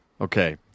Okay